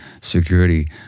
security